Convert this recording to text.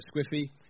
squiffy